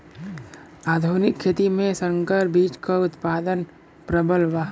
आधुनिक खेती में संकर बीज क उतपादन प्रबल बा